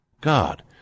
God